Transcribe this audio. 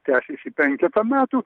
tęsėsi penketą metų